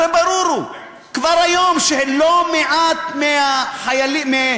הרי ברור כבר היום שלא מעט מהאזרחים,